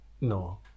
no